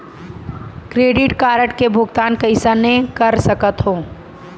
Credit card के भुगतान कइसने कर सकथो?